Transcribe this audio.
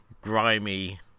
grimy